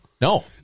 No